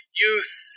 youth